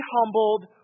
humbled